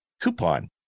coupon